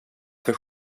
för